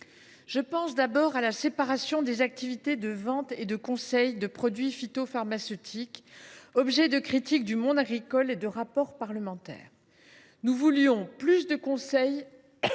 Je pense tout d’abord à la séparation des activités de vente et de conseil de produits phytopharmaceutiques, qui fait l’objet de critiques de la part et du monde agricole et de rapports parlementaires. Nous voulions plus de conseil